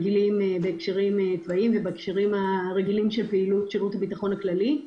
של ההקשרים הצבאיים וההקשרים הרגילים של שירות הביטחון הכללי,